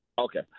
Okay